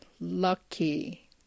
lucky